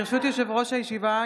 ברשות יושב-ראש הישיבה,